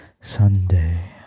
Sunday